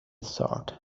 thought